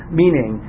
meaning